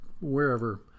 wherever